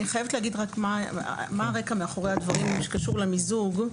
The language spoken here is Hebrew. אני חייבת להגיד מה הרקע מאחורי הדברים שקשור למיזוג.